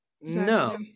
no